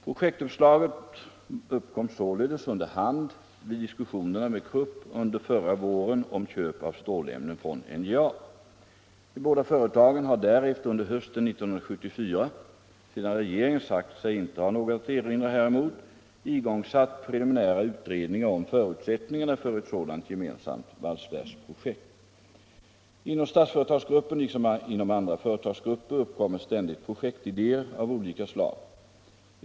Projektuppslaget uppkom således under hand vid diskussionerna med Krupp under förra våren om köp av stålämnen från NJA. De båda företagen har därefter under hösten 1974, sedan regeringen sagt sig inte ha något att erinra häremot, igångsatt preliminära utredningar om för 1 utsättningarna för ett sådant gemensamt valsverksprojekt. Inom Statsföretagsgruppen liksom inom andra företagsgrupper uppkommer ständigt projektidéer av olika slag.